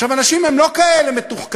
עכשיו, אנשים הם לא כאלה מתוחכמים.